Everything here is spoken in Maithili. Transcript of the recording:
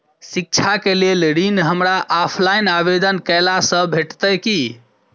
शिक्षा केँ लेल ऋण, हमरा ऑफलाइन आवेदन कैला सँ भेटतय की?